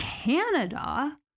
Canada